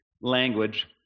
language